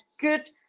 good